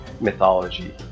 mythology